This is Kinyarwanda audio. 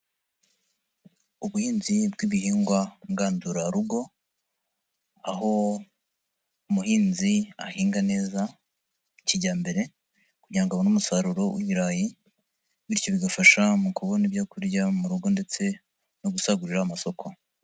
Ubuhinzi bw'ibihingwa ngandurarugo, aho umuhinzi ahinga neza kijyambere kugira ngo abone umusaruro w'ibirayi, bityo bigafasha mu kubona ibyo kurya mu rugo ndetse no gusagurira amasoko.